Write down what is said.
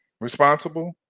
responsible